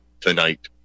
tonight